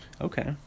okay